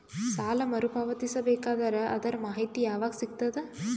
ಸಾಲ ಮರು ಪಾವತಿಸಬೇಕಾದರ ಅದರ್ ಮಾಹಿತಿ ಯವಾಗ ಸಿಗತದ?